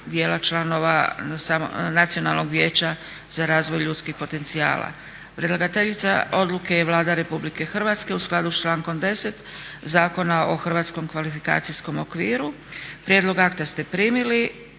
dijela članova Nacionalnog vijeća za razvoj ljudskih potencijala Predlagateljica odluke je Vlada RH u skladu sa člankom 10. Zakona o hrvatskom kvalifikacijskom okviru. Prijedlog akta ste primili.